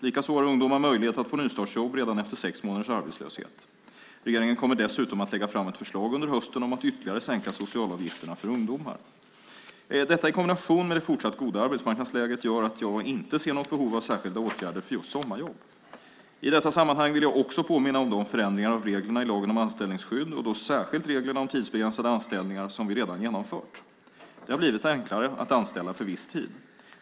Likaså har ungdomar möjlighet att få nystartsjobb redan efter sex månaders arbetslöshet. Regeringen kommer dessutom att lägga fram ett förslag under hösten om att ytterligare sänka socialavgifterna för ungdomar. Detta i kombination med det fortsatt goda arbetsmarknadsläget gör att jag inte ser något behov av särskilda åtgärder för just sommarjobb. I detta sammanhang vill jag också påminna om de förändringar av reglerna i lagen om anställningsskydd, och då särskilt reglerna om tidsbegränsade anställningar, som vi redan genomfört. Det har blivit enklare att anställa för viss tid.